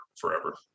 forever